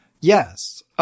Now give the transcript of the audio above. yes